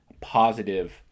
positive